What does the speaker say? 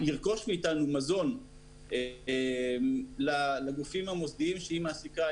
לרכוש מאיתנו מזון לגופים המוסדיים שהיא מעסיקה,